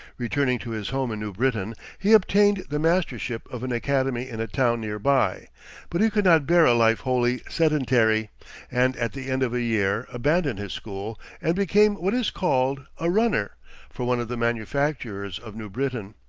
returning to his home in new britain, he obtained the mastership of an academy in a town near by but he could not bear a life wholly sedentary and, at the end of a year, abandoned his school and became what is called a runner for one of the manufacturers of new britain.